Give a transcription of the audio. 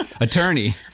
attorney